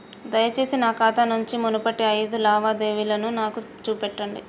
దయచేసి నా ఖాతా నుంచి మునుపటి ఐదు లావాదేవీలను నాకు చూపెట్టండి